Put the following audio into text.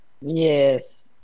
Yes